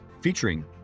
featuring